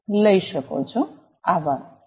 આભાર